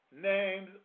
names